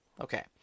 Okay